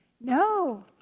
No